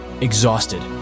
exhausted